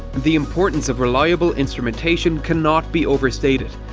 the importance of reliable instrumentation cannot be overstated.